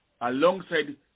alongside